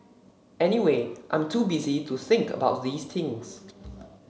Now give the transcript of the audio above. anyway I'm too busy to think about these things